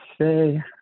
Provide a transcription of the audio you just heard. say